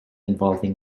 involving